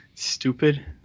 Stupid